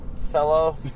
fellow